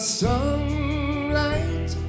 sunlight